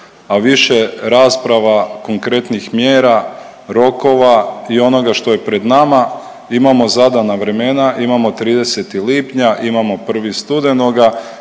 a više rasprava konkretnih mjera, rokova i onoga što je pred nama. Imamo zadana vremena, imamo 30. lipnja, imamo 1. studenoga,